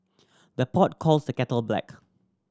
the pot calls the kettle black